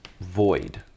void